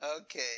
Okay